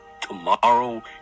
tomorrow